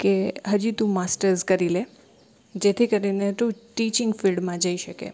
કે હજી તું માસ્ટર્સ કરી લે જેથી કરીને તું ટિચિંગ ફિલ્ડમાં જઇ શકે